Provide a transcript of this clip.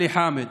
עלי חאמד,